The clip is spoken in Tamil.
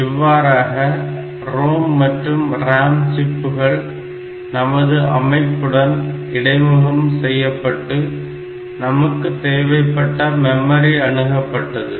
இவ்வாறாக ROM மற்றும் RAM சிப்புகள் நமது அமைப்புடன் இடைமுகம் செய்யப்பட்டு நமக்கு தேவைப்பட்ட மெமரி அணுகப்பட்டது